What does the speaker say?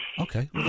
Okay